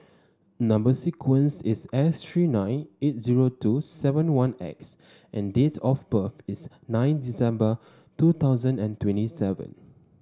number sequence is S three nine eight zero two seven one X and date of birth is nine December two thousand and twenty seven